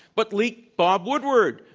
but leaked bob woodward,